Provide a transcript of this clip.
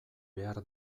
behar